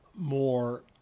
more